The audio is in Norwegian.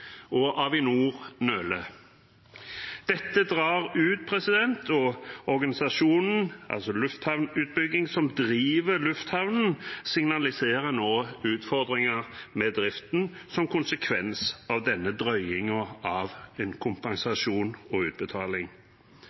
Avinor nøler. Dette drar ut, og organisasjonen, altså Lufthavnutbygging, som driver lufthavnen, signaliserer nå utfordringer med driften som konsekvens av denne drøyingen av en kompensasjon og utbetaling.